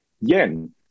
yen